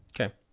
Okay